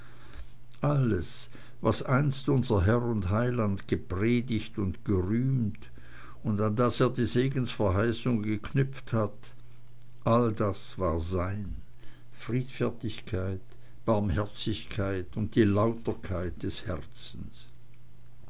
alles was einst unser herr und heiland gepredigt und gerühmt und an das er die segensverheißung geknüpft hat all das war sein friedfertigkeit barmherzigkeit und die lauterkeit des herzens